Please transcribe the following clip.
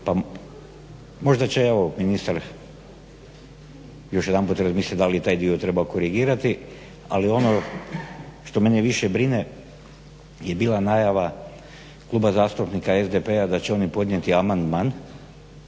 pa možda će evo ministar još jedanput razmisliti da li taj dio treba korigirati. Ali ono što mene više brine je bila najava Kluba zastupnika SDP-a da će oni podnijeti amandman